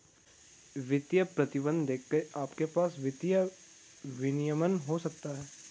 वित्तीय प्रतिबंध देखकर आपके पास वित्तीय विनियमन हो सकता है